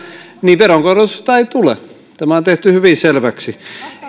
niin veronkorotusta ei tule tämä on tehty hyvin selväksi